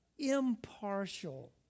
impartial